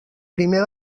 primer